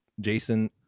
Jason